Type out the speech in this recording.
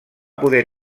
poder